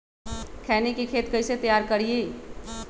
खैनी के खेत कइसे तैयार करिए?